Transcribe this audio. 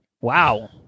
Wow